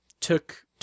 took